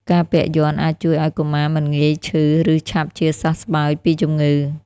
ការពាក់យ័ន្តអាចជួយឱ្យកុមារមិនងាយឈឺ ឬឆាប់ជាសះស្បើយពីជំងឺ។